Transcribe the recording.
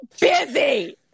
busy